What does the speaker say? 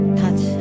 touch